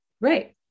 Right